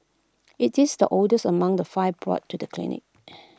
IT is the oldest among the five brought to the clinic